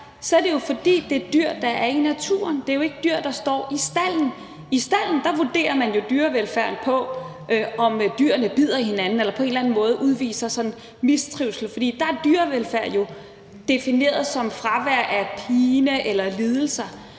er det jo, fordi det er dyr, der er i naturen. Det er jo ikke dyr, der står i stalden. I stalden vurderer man dyrevelfærden på, om dyrene bider hinanden eller på en eller anden måde udviser mistrivsel, for der er dyrevelfærd defineret som fravær af pine eller lidelse,